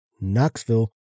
Knoxville